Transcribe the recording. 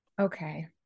Okay